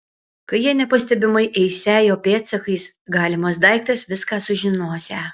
kai jie nepastebimai eisią jo pėdsakais galimas daiktas viską sužinosią